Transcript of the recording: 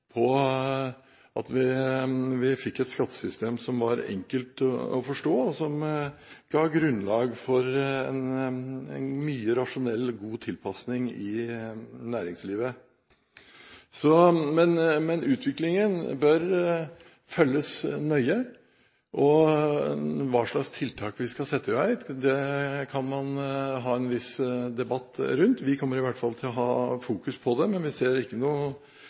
at vi fikk et skattesystem som var enkelt å forstå, og som ga grunnlag for mye rasjonell og god tilpasning i næringslivet. Men utviklingen bør følges nøye. Hva slags tiltak vi skal sette i verk, kan man ha en viss debatt rundt. Vi kommer i hvert fall til å fokusere på det, og det kommer vi